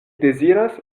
deziras